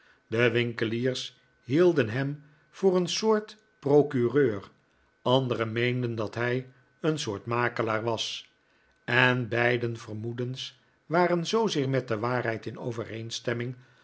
de winkeliers hielden hem voor een soort procureur anderen meenden dat hij een soort makelaar was en beide vermoedens waren zoozeer met de waarheid in overeenstemming